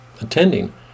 attending